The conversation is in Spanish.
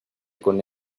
con